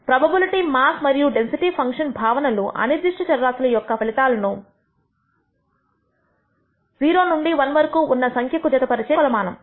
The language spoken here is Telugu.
ప్రోబబిలిటీ మాస్ మరియు డెన్సిటీ ఫంక్షన్ భావనలు అనిర్దిష్ట చర రాశుల యొక్క ఫలితాలను 0 నుండి 1 వరకు ఉన్న సంఖ్యకు జతపరిచే కొలమానము